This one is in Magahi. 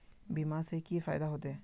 बीमा से की फायदा होते?